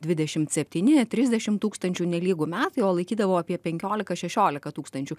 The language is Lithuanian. dvidešimt septyni trisdešim tūkstančių nelygu metai o laikydavo apie penkiolika šešiolika tūkstančių